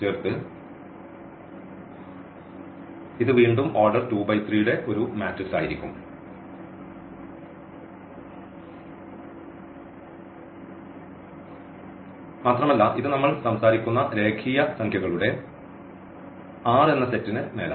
ചേർന്ന് ഇത് വീണ്ടും ഓർഡർ 2 × 3 ന്റെ ഒരു മാട്രിക്സ് ആയിരിക്കും മാത്രമല്ല ഇത് നമ്മൾ സംസാരിക്കുന്ന രേഖീയ സംഖ്യകളുടെ R സെറ്റിന് മേലാണ്